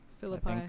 Philippi